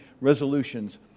resolutions